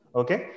okay